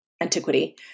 antiquity